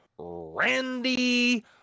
Randy